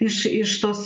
iš iš tos